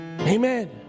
Amen